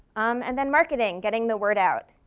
and then marketing, getting the word out.